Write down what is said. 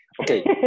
Okay